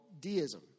deism